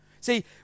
See